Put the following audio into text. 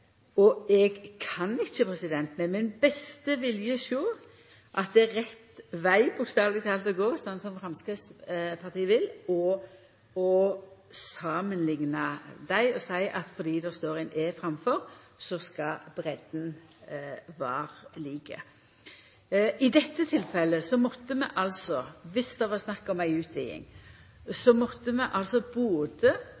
årsdøgntrafikk. Eg kan ikkje med min beste vilje sjå at det er rett veg – bokstaveleg talt – å gå, slik Framstegspartiet vil – å samanlikna vegar og seia at fordi det står ein E framfor, skal breidda vera lik. I dette tilfellet måtte vi, viss det var snakk om ei utviding,